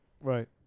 Right